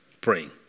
praying